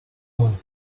one